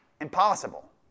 impossible